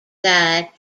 side